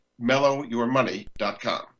mellowyourmoney.com